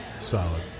Solid